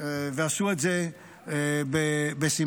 ועשו את זה בשמחה.